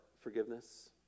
forgiveness